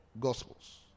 gospels